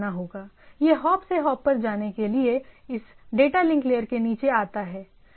यह हॉप से हॉप पर जाने के लिए इस डेटा लिंक लेयर के नीचे आता है